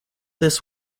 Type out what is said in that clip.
this